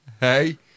hey